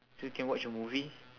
so you can watch a movie